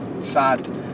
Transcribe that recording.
sad